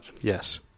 Yes